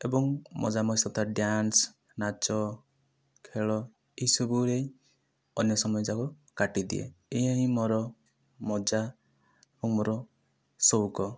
ଏବଂ ମଜା ମସ୍ତି ସହିତ ଡ୍ୟାନ୍ସ ନାଚ ଖେଳ ଏଇ ସବୁରେ ଅନ୍ୟ ସମୟ ଯାକ କାଟିଦିଏ ଏହା ହିଁ ମୋର ମଜା ଓ ମୋର ସଉକ